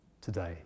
today